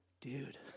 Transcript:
dude